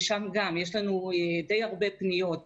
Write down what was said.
גם שם יש לנו די הרבה פניות,